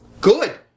Good